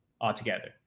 altogether